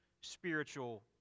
spiritual